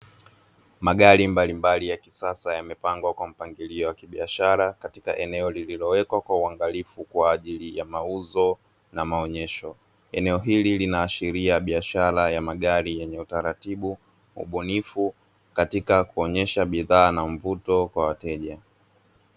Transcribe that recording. Magari mbalimbali ya kisasa yamepangwa kwa mpangilio wa kibiashara katika eneo lililowekwa kwa uangalifu kwa ajili ya mauzo na maonyesho. Eneo hili linaashiria biashara ya magari yenye utaratibu ubunifu katika kuonyesha bidhaa na mvuto kwa wateja.